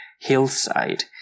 hillside